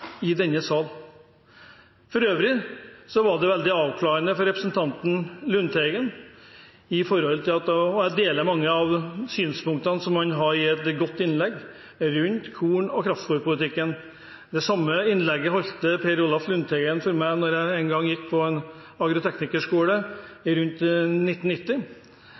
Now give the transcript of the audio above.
veldig avklarende fra representanten Lundteigen – jeg deler mange av synspunktene han hadde i et godt innlegg – rundt korn- og kraftfôrpolitikken. Det samme innlegget holdt Per Olaf Lundteigen for meg da jeg gikk på en agroteknikerskole rundt 1990.